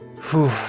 Phew